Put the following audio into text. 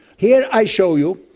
here i show you,